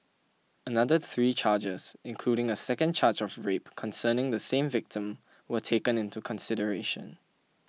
another three charges including a second charge of rape concerning the same victim were taken into consideration